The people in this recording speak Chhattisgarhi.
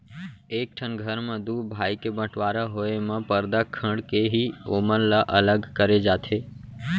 एक ठन घर म दू भाई के बँटवारा होय म परदा खंड़ के ही ओमन ल अलग करे जाथे